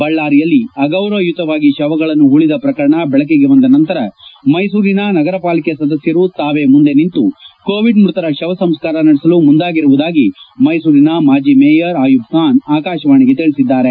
ಬಳ್ಳಾರಿಯಲ್ಲಿ ಅಗೌರವಯುತವಾಗಿ ಶವಗಳನ್ನು ಹೂಳದ ಪ್ರಕರಣ ಬೆಳಕಿಗೆ ಬಂದ ನಂತರ ಮೈಸೂರಿನ ನಗರ ಪಾಲಿಕೆ ಸದಸ್ದರು ತಾವೇ ಮುಂದೆ ನಿಂತು ಕೋವಿಡ್ ಮೃತರ ಶವ ಸಂಸ್ಕಾರ ನಡೆಸಲು ಮುಂದಾಗಿರುವುದಾಗಿ ಮೈಸೂರಿನ ಮಾಜಿ ಮೇಯರ್ ಆಯುಬ್ ಬಾನ್ ಆಕಾಶವಾಣಿಗೆ ತಿಳಿಸಿದ್ದಾರೆ